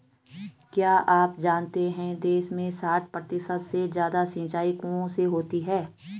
क्या आप जानते है देश में साठ प्रतिशत से ज़्यादा सिंचाई कुओं से होती है?